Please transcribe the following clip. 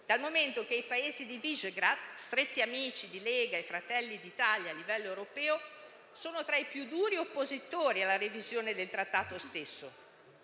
dal momento che i Paesi di Visegrad, stretti amici di Lega e Fratelli d'Italia a livello europeo, sono tra i più duri oppositori alla revisione del Trattato stesso.